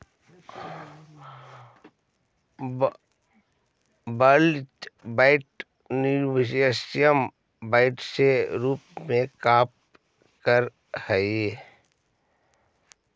world bank universal bank के रूप में कार्य करऽ हइ